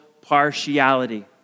partiality